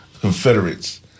Confederates